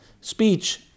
speech